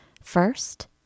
First